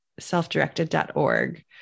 selfdirected.org